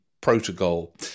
protocol